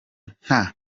nta